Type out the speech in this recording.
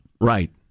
Right